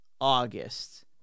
August